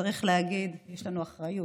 שצריך להגיד שיש לנו אחריות,